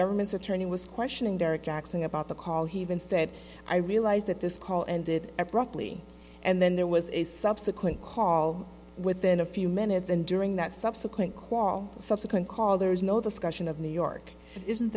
government's attorney was questioning derek jackson about the call he even said i realize that this call ended abruptly and then there was a subsequent call within a few minutes and during that subsequent call subsequent call there is no discussion of new york isn't